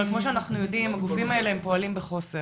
אבל כמו שאנחנו יודעים הגופים האלה פועלים בחוסר,